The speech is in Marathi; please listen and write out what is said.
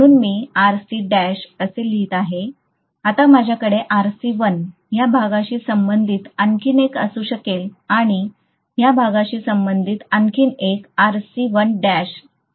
म्हणून मी असे लिहित आहे आता माझ्याकडे या भागाशी संबंधित आणखी एक असू शकेल आणि या भागाशी संबंधित आणखी एक हे आहे